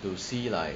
to see like